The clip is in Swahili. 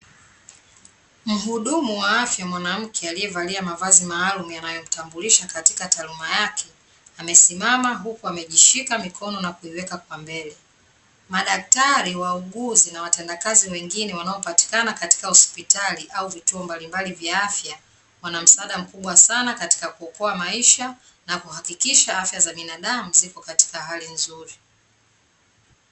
Mhudumu wa afya mwanamke, aliyevalia mavazi maalum yanayomtambulisha katika taaluma yake, amesimama huku amejishika mikono na kuiweka kwa mbele. Madaktari, wauguzi na watenda kazi wengine wanaopatikana katika hospitali au vituo mbalimbali vya afya, wana msaada mkubwa sana katika kuokoa maisha na kuhakikisha afya za binadamu ziko katika hali nzuri.